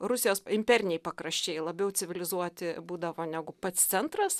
rusijos imperiniai pakraščiai labiau civilizuoti būdavo negu pats centras